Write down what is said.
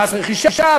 במס רכישה,